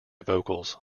vocals